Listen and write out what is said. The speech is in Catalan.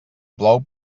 plou